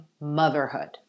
motherhood